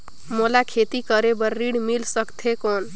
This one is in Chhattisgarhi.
मोला खेती करे बार ऋण मिल सकथे कौन?